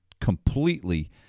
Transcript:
completely